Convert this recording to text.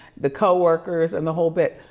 the co-workers and the whole bit.